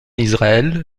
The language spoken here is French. israël